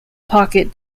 pocket